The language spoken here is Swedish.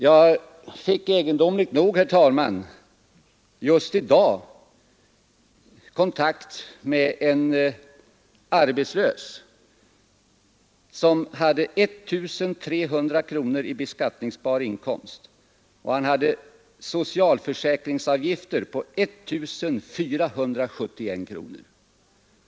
Jag fick egendomligt nog, herr talman, just i dag kontakt med en arbetslös, som hade 1300 kronor i beskattningsbar inkomst och socialförsäkringsavgifter på 1471 kronor. Det är ett helt fantastiskt förhållande.